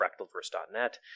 fractalverse.net